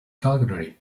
calgary